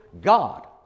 God